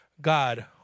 God